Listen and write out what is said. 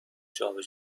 جابه